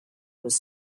was